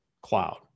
cloud